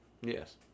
Yes